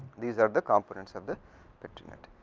these are the components of the petri net.